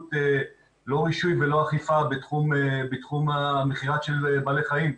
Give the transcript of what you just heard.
פעילות לא רישוי ולא אכיפה בתחום המכירה של בעלי חיים.